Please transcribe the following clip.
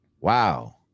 Wow